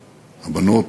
הבנות,